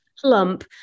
plump